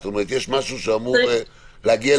זאת אומרת יש משהו שאמור להגיע לשינוי?